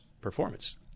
performance